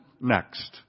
next